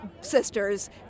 sisters